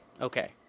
Okay